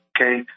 okay